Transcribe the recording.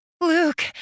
Luke